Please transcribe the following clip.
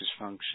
dysfunction